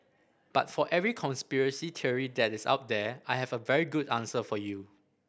but for every conspiracy theory that is out there I have a very good answer for you